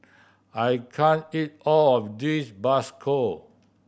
I can't eat all of this bakso